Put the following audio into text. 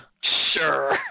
Sure